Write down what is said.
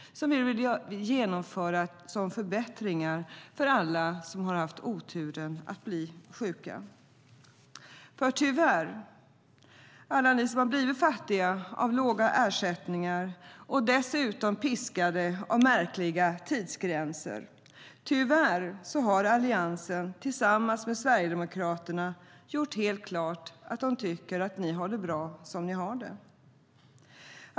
Vi ville genomföra förbättringar för alla som har haft oturen att bli sjuka. Tyvärr, alla som har blivit fattiga av låga ersättningar och dessutom piskade av märkliga tidsgränser, Alliansen har tillsammans med Sverigedemokraterna gjort helt klart att de tycker att ni har det bra som ni har det.